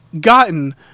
gotten